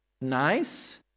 nice